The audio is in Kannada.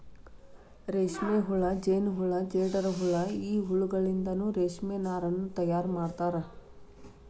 ರೇಷ್ಮೆಹುಳ ಜೇನಹುಳ ಜೇಡರಹುಳ ಈ ಹುಳಗಳಿಂದನು ರೇಷ್ಮೆ ನಾರನ್ನು ತಯಾರ್ ಮಾಡ್ತಾರ